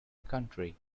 country